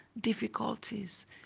difficulties